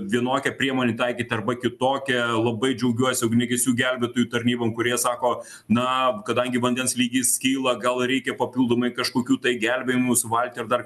vienokią priemonę taikyt arba kitokią labai džiaugiuosi ugniagesių gelbėtojų tarnybom kurie sako na kadangi vandens lygis kyla gal reikia papildomai kažkokių tai gelbėjimos valtį ar dar